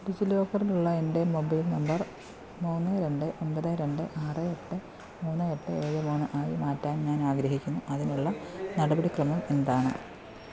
ഡിജിലോക്കറിലുള്ള എൻ്റെ mobile number മൂന്ന് രണ്ട് ഒമ്പത് രണ്ട് ആറ് എട്ട് മൂന്ന് എട്ട് ഏഴ് മൂന്ന് ആയി മാറ്റാൻ ഞാനാഗ്രഹിക്കുന്നു അതിനുള്ള നടപടിക്രമം എന്താണ്